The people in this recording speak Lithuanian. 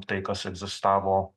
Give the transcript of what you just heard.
tai kas egzistavo